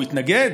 הוא התנגד?